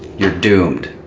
you're doomed!